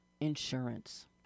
insurance